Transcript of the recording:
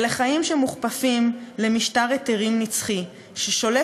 אלה חיים שמוכפפים למשטר היתרים נצחי ששולט